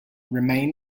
remain